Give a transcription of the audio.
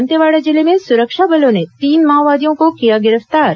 दंतेवाड़ा जिले में सुरक्षा बलों ने तीन माओवादियों को किया गिरफ्तार